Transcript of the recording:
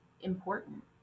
important